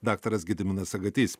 daktaras gediminas sagatys